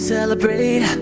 Celebrate